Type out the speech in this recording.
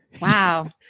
Wow